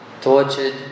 tortured